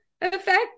effect